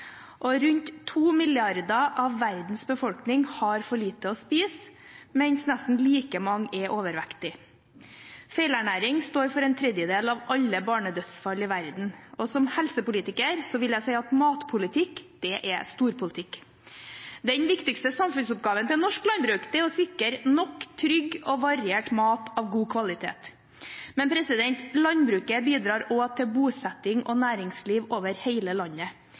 mye. Rundt to milliarder av verdens befolkning har for lite å spise, mens nesten like mange er overvektige. Feilernæring står for en tredjedel av alle barnedødsfall i verden. Som helsepolitiker vil jeg si at matpolitikk, det er storpolitikk. Den viktigste samfunnsoppgaven til norsk landbruk er å sikre nok trygg og variert mat av god kvalitet. Men landbruket bidrar også til bosetting og næringsliv over hele landet,